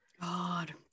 God